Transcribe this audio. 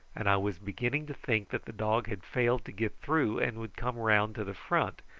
and i was beginning to think that the dog had failed to get through and would come round to the front,